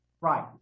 Right